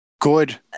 Good